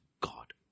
God